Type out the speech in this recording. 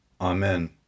Amen